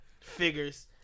Figures